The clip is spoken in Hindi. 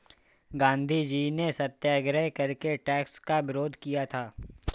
गांधीजी ने सत्याग्रह करके टैक्स का विरोध किया था